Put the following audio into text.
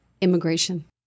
immigration